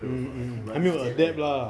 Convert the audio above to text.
mm mm 还没有 adapt ah